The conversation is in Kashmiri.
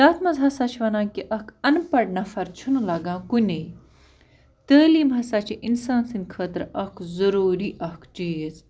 تَتھ منٛز ہسا چھِ وَنان کہِ اَکھ اَنپَڑھ نَفر چھُنہٕ لَگان کُنی تعلیٖم ہسا چھِ اِنسان سٕنٛدِ خٲطرٕ اَکھ ضروٗری اَکھ چیٖز